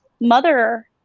mother